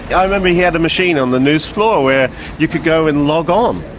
i remember he had a machine on the news floor where you could go and log um